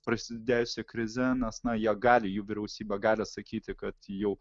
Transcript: prasidėjusia krize nes na jie gali jų vyriausybė gali sakyti kad jau